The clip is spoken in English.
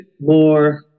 more